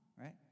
right